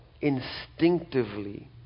instinctively